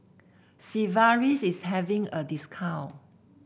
Sigvaris is having a discount